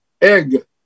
egg